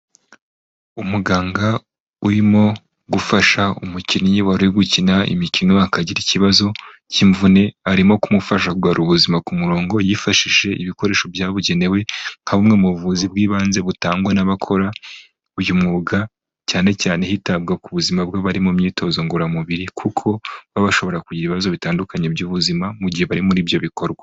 Umuganga urimo gufasha umukinnyi wari uri gukina imikino, akagira ikibazo cy'imvune, arimo kumufasha kugarura ubuzima ku murongo yifashishije ibikoresho byabugenewe, nka bumwe mu buvuzi bw'ibanze butangwa n'abakora uyu mwuga, cyane cyane hitabwa ku buzima bw'abari mu myitozo ngororamubiri kuko baba bashobora kugira ibibazo bitandukanye by'ubuzima, mu gihe bari muri ibyo bikorwa.